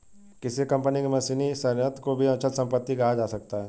किसी कंपनी के मशीनी संयंत्र को भी अचल संपत्ति कहा जा सकता है